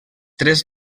tres